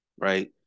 right